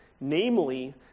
namely